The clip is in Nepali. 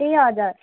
ए हजुर